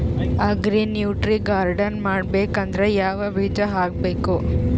Agri nutri garden ಮಾಡಬೇಕಂದ್ರ ಯಾವ ಬೀಜ ಹಾಕಬೇಕು?